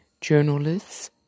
journalists